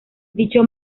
dicho